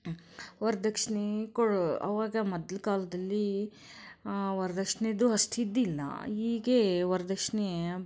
ವರ್ದಕ್ಷಿಣೆ ಕೊಡೋ ಅವಾಗ ಮೊದ್ಲ ಕಾಲದಲ್ಲಿ ವರ್ದಕ್ಷಿಣೇದು ಅಷ್ಟಿದ್ದಿಲ್ಲ ಈಗ ವರ್ದಕ್ಷಿಣೆ